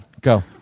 Go